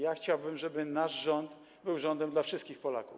Ja chciałbym, żeby nasz rząd był rządem dla wszystkich Polaków.